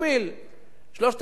מקבל 3,000 שקלים.